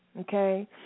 Okay